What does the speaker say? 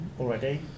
already